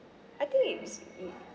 I think it's mm